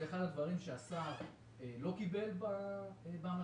זה אחד הדברים שהשר לא קיבל באימוץ